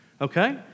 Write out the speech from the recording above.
Okay